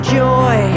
joy